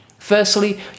Firstly